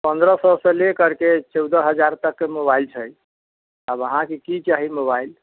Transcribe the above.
पन्द्रह सए से लेकरके चौदह हजार तकके मोबाइल छै आब अहाँकेँ की चाही मोबाइल